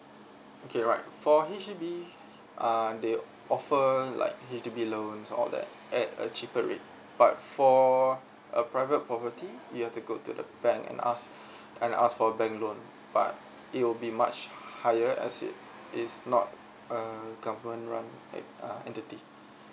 okay right for H_D_B uh they offer like H_D_B loans all that at a cheaper rate but for a private property you've to go to the bank and ask and ask for a bank loan but it will be much higher as it it's not a government run eh uh entity